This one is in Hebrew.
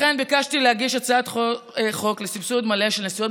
לכן ביקשתי להגיש הצעת חוק לסבסוד מלא של נסיעות